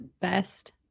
best